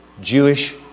Jewish